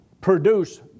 produce